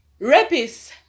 Rapists